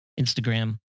Instagram